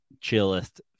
chillest